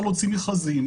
אי-אפשר להוציא מכרזים,